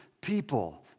people